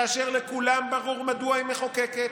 כאשר לכולם ברור מדוע היא מחוקקת,